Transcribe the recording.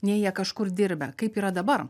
nei jie kažkur dirbę kaip yra dabar